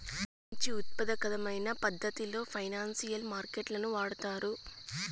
మంచి ఉత్పాదకమైన పద్ధతిలో ఫైనాన్సియల్ మార్కెట్ లను వాడుతారు